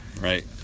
right